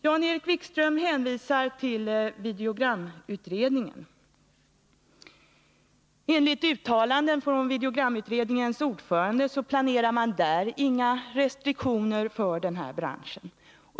Jan-Erik Wikström hänvisar till videogramutredningen. Men enligt 61 uttalanden av dess ordförande planerar utredningen inga förslag till restriktioner för den här branschen.